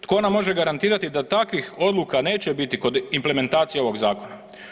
Tko nam može garantirati da takvih odluka neće biti kod implementacije ovog zakona.